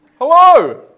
hello